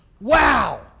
wow